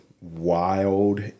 wild